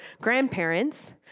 grandparents